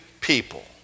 people